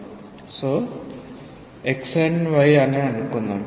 x మరియు y అని అనుకుందాం